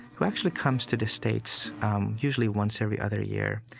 who actually comes to the states usually once every other year.